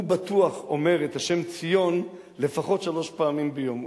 הוא בטוח אומר את השם "ציון" לפחות שלוש פעמים ביום.